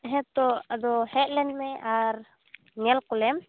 ᱦᱮᱛᱳ ᱟᱫᱚ ᱦᱮᱡ ᱞᱮᱱ ᱢᱮ ᱟᱨ ᱧᱮᱞ ᱠᱚᱞᱮᱢ